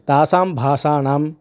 तासां भाषाणां